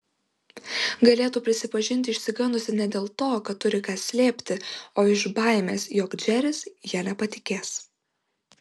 galėtų prisipažinti išsigandusi ne dėl to kad turi ką slėpti o iš baimės jog džeris ja nepatikės